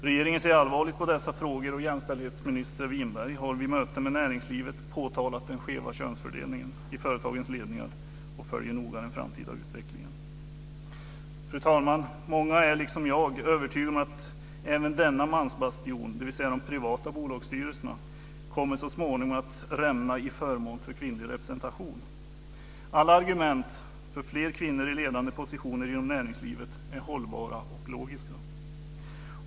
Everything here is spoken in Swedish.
Regeringen ser allvarligt på dessa frågor, och jämställdhetsminister Winberg har vid möten med näringslivet påtalat den skeva könsfördelningen i företagens ledningar och följer noga den framtida utvecklingen. Fru talman! Många är liksom jag övertygade om att även denna mansbastion, dvs. de privata bolagsstyrelserna, så småningom kommer att rämna till förmån för kvinnlig representation. Alla argument för fler kvinnor i ledande positioner inom näringslivet är hållbara och logiska.